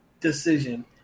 decision